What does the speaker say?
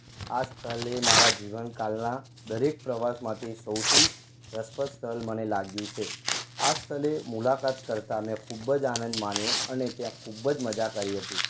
આ સ્થળ એ મારાં જીવન કાળના દરેક પ્રવાસમાંથી સૌથી રસપ્રદ સ્થળ મને લાગ્યું છે આ સ્થળે મુલાકાત કરતા મેં ખૂબ જ આનંદ માણ્યો અને ત્યાં ખૂબ જ મજા કરી હતી